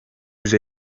yüz